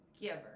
giver